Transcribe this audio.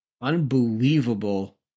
unbelievable